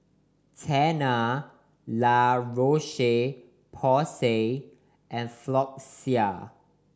Tena La Roche Porsay and Floxia